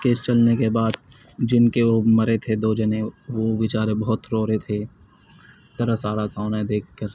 case چلنے کے بعد جن کے وہ مرے تھے دو جنے وہ بے چارے بہت رو رہے تھے ترس آ رہا تھا انہیں دیکھ کر